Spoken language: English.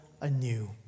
anew